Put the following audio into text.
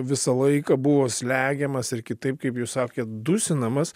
visą laiką buvo slegiamas ir kitaip kaip jūs sakėt dusinamas